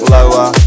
Lower